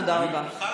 תודה רבה.